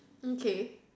okay